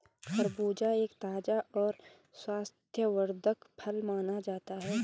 खरबूजा एक ताज़ा और स्वास्थ्यवर्धक फल माना जाता है